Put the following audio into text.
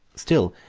still,